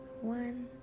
one